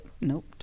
nope